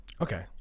Okay